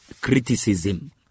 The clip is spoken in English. criticism